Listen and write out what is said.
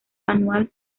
anual